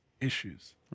issues